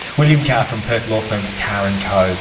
william carr from perth law firm carr and co